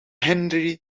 henri